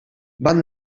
van